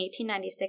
1896